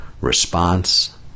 response